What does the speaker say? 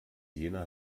jena